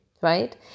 right